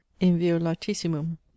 inviolatissimum